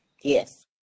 yes